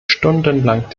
stundenlang